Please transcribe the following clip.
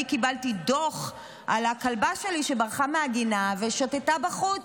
אני קיבלתי דוח על הכלבה שלי שברחה מהגינה ושוטטה בחוץ,